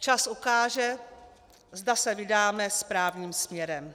Čas ukáže, zda se vydáme správným směrem.